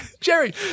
Jerry